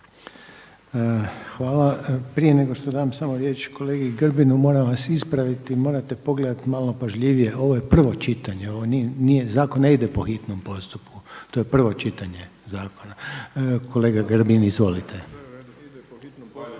Hvala. Prije nego što dam samo riječ kolegi Grbinu, moram vas ispraviti. Morate pogledati malo pažljivije. Ovo je prvo čitanje. Zakon ne ide po hitnom postupku. To je prvo čitanje zakona. Kolega Grbin izvolite. **Grbin, Peđa